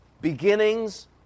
beginnings